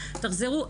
תחזרו.